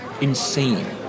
insane